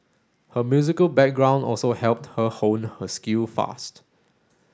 her musical background also helped her hone her skill fast